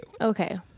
Okay